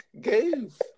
goof